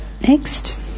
Next